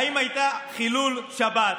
האם היה חילול שבת,